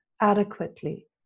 adequately